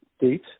date